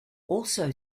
also